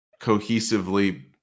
cohesively